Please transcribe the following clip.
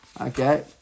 Okay